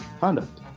Conduct